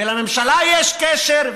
ולממשלה יש קשר,